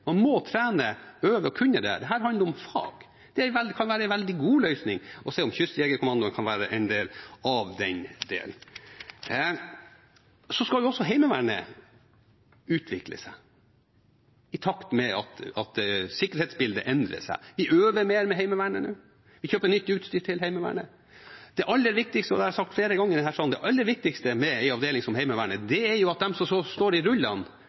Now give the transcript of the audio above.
det. Dette handler om fag. Det kan være en veldig god løsning å se om kystjegerkommandoen kan være en del av det. Så skal også Heimevernet utvikle seg i takt med at sikkerhetsbildet endrer seg. Vi øver mer med Heimevernet nå, vi kjøper nytt utstyr til Heimevernet. Det aller viktigste med en avdeling som Heimevernet – og det har jeg sagt flere ganger i denne salen – er at de som står i rullene, har klær, utstyr og er trent. Det